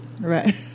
Right